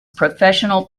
professional